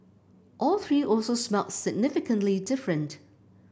all three also smelled significantly different